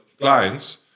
clients